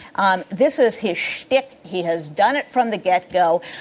um this is his shtick. he has done it from the get-go.